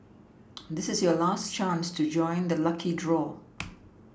this is your last chance to join the lucky draw